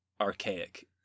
archaic